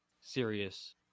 serious